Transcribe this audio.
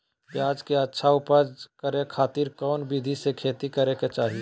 प्याज के अच्छा उपज करे खातिर कौन विधि से खेती करे के चाही?